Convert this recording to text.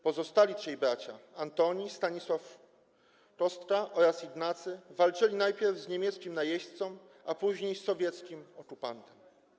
Pozostali trzej bracia, Antoni, Stanisław Kostka oraz Ignacy, walczyli najpierw z niemieckim najeźdźcą, a później z sowieckim okupantem.